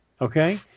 Okay